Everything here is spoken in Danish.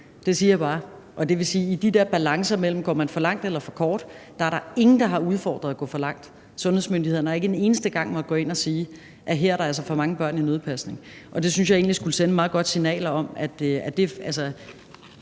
Det siger jeg bare. Det vil sige, at i de der balancer mellem, om man går for langt eller ikke langt nok, er der ingen, der har udfordret at gå for langt. Sundhedsmyndighederne har ikke en eneste gang måttet gå ind at sige, at her er der altså for mange børn i nødpasning. Det synes jeg egentlig burde sende et meget klart signal. Man kan